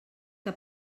que